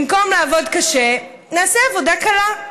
במקום לעבוד קשה, נעשה עבודה קלה.